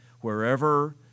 wherever